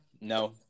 no